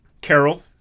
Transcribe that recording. Carol